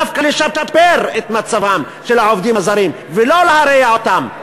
דווקא לשפר את מצבם של העובדים הזרים ולא להרע אותו,